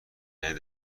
ترین